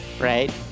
right